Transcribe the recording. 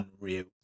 Unreal